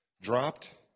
dropped